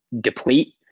deplete